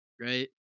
right